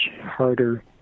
harder